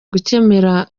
gukemura